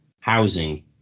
housing